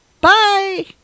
Bye